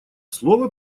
слово